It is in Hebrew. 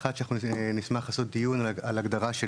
אחת אנחנו נשמח לעשות דיון על הגדרה של